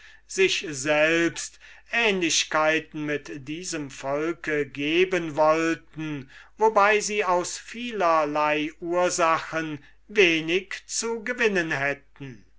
sich selbst ähnlichkeiten mit diesem volke geben wollten wobei sie aus vielerlei ursachen wenig zu gewinnen hätten